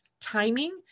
timing